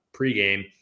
pregame